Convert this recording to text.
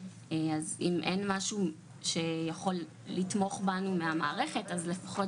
אז אם אין משהו שיכול לתמוך בנו מהמערכת אז לפחות